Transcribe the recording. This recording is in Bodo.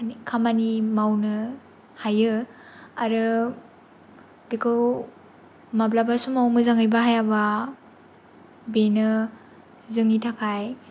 खामानि मावनो हायो आरो बेखौ माब्लाबा समाव मोजाङै बाहायाब्ला बेनो जोंनि थाखाय